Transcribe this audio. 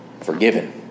forgiven